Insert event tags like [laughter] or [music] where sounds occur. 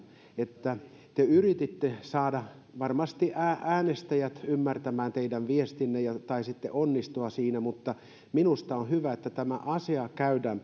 te yrititte varmasti saada äänestäjät ymmärtämään teidän viestinne ja taisitte onnistua siinä mutta minusta on hyvä että tämä asia käydään [unintelligible]